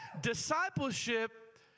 Discipleship